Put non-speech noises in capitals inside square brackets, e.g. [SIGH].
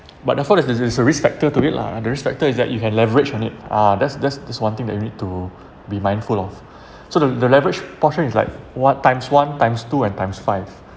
but therefore there's this is a risk factor to it lah ah the risk factor is that you can leverage on it ah that's that's that's one thing that you need to be mindful of [BREATH] so the the leverage portion is like what times one times two and times five